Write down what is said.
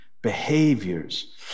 behaviors